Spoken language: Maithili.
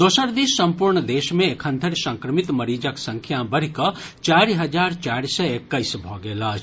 दोसर दिस सम्पूर्ण देश मे एखन धरि संक्रमित मरीजक संख्या बढ़ि कऽ चारि हजार चारि सय एक्कैस भऽ गेल अछि